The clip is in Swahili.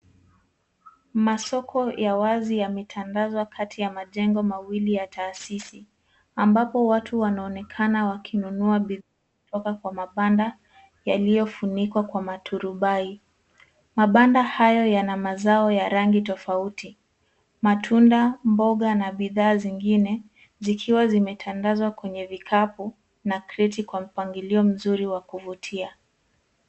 Masoko ya wazi yametandazwa kati ya majengo mawili ya taasisi, ambapo watu wanaonekana wakinunua bidhaa toka kwa mabanda yaliyo funikwa kwa maturubai. Mabanda hayo yana mazao ya rangi tofauti; matunda, mboga, na bidhaa zingine zikiwa zimetandazwa kwenye vikapu na kreti kwa mpangilio mzuri wa kuvutia.